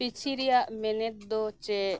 ᱯᱤᱪᱷᱤ ᱨᱮᱱᱟᱜ ᱢᱮᱱᱮᱫ ᱫᱚ ᱪᱮᱫ